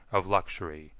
of luxury,